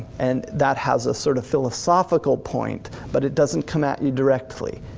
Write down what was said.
and that has a sort of philosophical point, but it doesn't come at you directly.